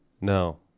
No